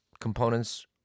components